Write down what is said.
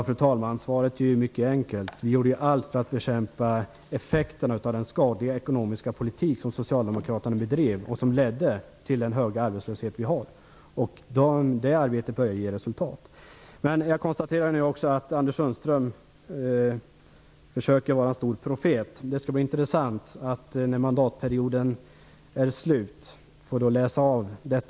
Fru talman! Svaret är mycket enkelt. Vi gjorde allt för att bekämpa effekterna av den skadliga ekonomiska politik som socialdemokraterna bedrev och som ledde till den höga arbetslöshet vi har. Det arbetet börjar nu ge resultat. Jag konstaterar nu också att Anders Sundström försöker vara en stor profet. Det skall bli intressant att, när mandatperioden är slut, få läsa protokollet.